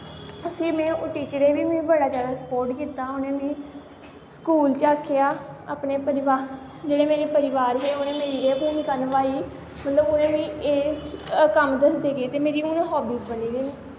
फ्ही मीं ओह् टीचरें बी मिगी बड़ा जादा स्पोट कीता उ'नें मिगी स्कूल च आखेआ अपने परिवार जेह्ड़े मेरे परिवार हे उ'नें मेरी एह् भूमका निभाई उं'दे कोला मिगी एह् कम्म दसदे गे ते ते मेरी हून हाब्बी बनी दी